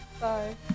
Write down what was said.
Bye